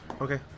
Okay